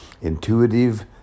intuitive